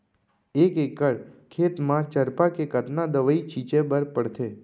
एक एकड़ खेत म चरपा के कतना दवई छिंचे बर पड़थे?